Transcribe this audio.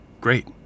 Great